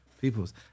people's